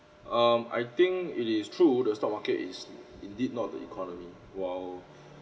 um I think it is true the stock market is indeed not the economy while